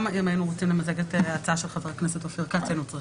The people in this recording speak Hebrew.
גם אם היינו רוצים למזג את ההצעה של חבר הכנסת אופיר כץ היינו צריכים.